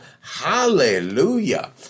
Hallelujah